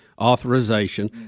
authorization